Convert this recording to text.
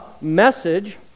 message